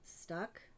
stuck